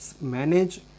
manage